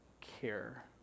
care